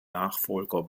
nachfolger